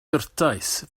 gwrtais